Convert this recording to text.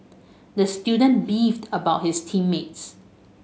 the student beefed about his team mates